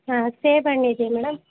ಹಾಂ ಸೇಬಣ್ಣು ಇದೆಯಾ ಮೇಡಮ್